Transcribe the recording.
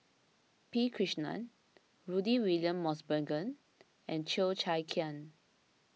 P Krishnan Rudy William Mosbergen and Cheo Chai Hiang